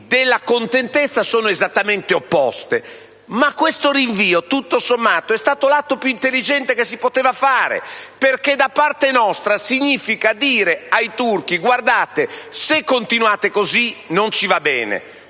della contentezza sono esattamente opposte, ma questo rinvio, in fin dei conti, è stato l'atto più intelligente che si poteva fare, perché da parte nostra significa dire ai turchi che se continuano così non ci va bene